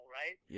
right